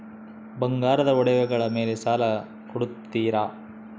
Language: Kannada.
ಬಂಗಾರದ ಒಡವೆಗಳ ಮೇಲೆ ಸಾಲ ಕೊಡುತ್ತೇರಾ?